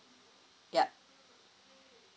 yup